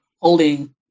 holding